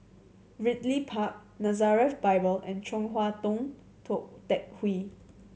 Ridley Park Nazareth Bible and Chong Hua Tong Tou Teck Hwee